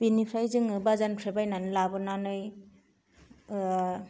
बिनिफ्राय जोङो बाजारनिफ्राय बायनानै लाबोनानै